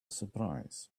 surprise